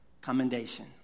commendation